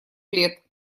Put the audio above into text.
лет